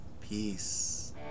peace